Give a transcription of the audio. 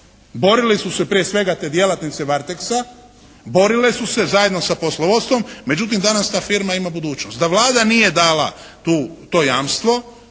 Borili su se prije svega te djelatnice Varteksa, borile su se zajedno sa poslovodstvom međutim danas ta firma ima budućnost. Da Vlada nije dala tu, to jamstvo